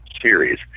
series